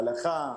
הלכה.